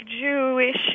Jewish